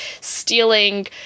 stealing